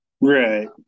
Right